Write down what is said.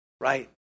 Right